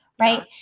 right